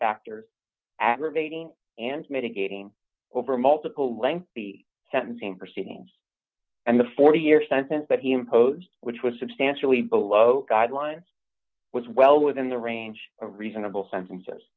factors aggravating and mitigating over multiple lengthy sentencing proceedings and the forty year sentence that he imposed which was substantially below guidelines was well within the range of reasonable sentences